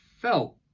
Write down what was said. felt